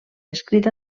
descrit